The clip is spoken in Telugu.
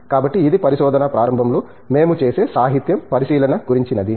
కాబట్టి ఇది పరిశోధన ప్రారంభంలో మేము చేసే సాహిత్యం పరిశీలన గురించినది